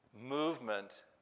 movement